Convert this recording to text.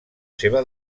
seva